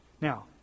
Now